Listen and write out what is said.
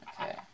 Okay